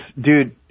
dude